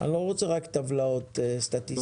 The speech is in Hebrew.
אני לא רוצה רק טבלאות סטטיסטיקה.